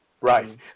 Right